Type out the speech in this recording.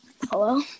Hello